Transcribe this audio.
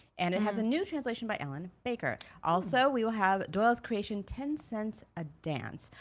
and it has a new translation by ellen baker. also, we will have doyle's creation ten cents a dance.